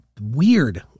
weird